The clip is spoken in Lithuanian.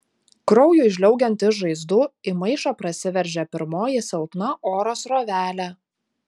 kraujui žliaugiant iš žaizdų į maišą prasiveržė pirmoji silpna oro srovelė